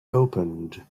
opened